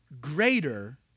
greater